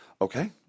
Okay